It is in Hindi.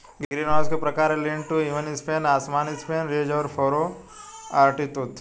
ग्रीनहाउस के प्रकार है, लीन टू, इवन स्पेन, असमान स्पेन, रिज और फरो, आरीटूथ